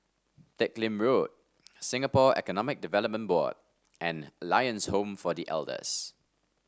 Teck Lim Road Singapore Economic Development Board and Lions Home for The Elders